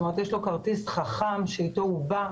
כלומר יש לו כרטיס חכם שאיתו הוא בא,